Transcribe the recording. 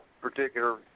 particular